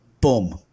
Boom